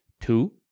Two